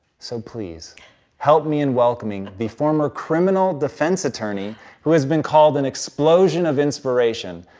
so please help me in welcoming the former criminal defense attorney who has been called an explosion of inspiration.